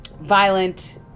violent